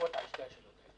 תשובות על שתי השאלות.